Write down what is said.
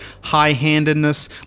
high-handedness